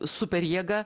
super jėga